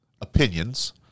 opinions